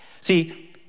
See